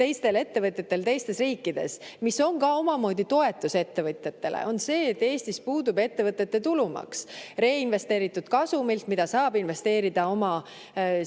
teistel ettevõtetel teistes riikides, mis on ka omamoodi toetus ettevõtjatele, on see, et Eestis puudub ettevõtete tulumaks. Reinvesteeritud kasumilt, mida saab investeerida oma